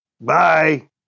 Bye